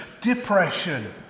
depression